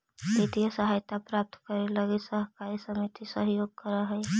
वित्तीय सहायता प्राप्त करे लगी सहकारी समिति सहयोग करऽ हइ